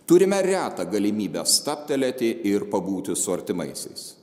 turime retą galimybę stabtelėti ir pabūti su artimaisiais